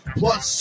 plus